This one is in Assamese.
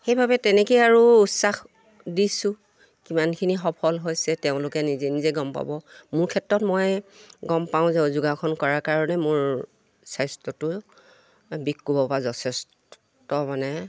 সেইভাবে তেনেকেই আৰু উৎসাহ দিছোঁ কিমানখিনি সফল হৈছে তেওঁলোকে নিজে নিজে গম পাব মোৰ ক্ষেত্ৰত মই গম পাওঁ যে যোগাসন কৰাৰ কাৰণে মোৰ স্বাস্থ্যটো বিষ কোফৰ পৰা যথেষ্ট মানে